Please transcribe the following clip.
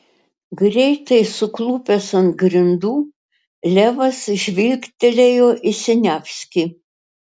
greitai suklupęs ant grindų levas žvilgtelėjo į siniavskį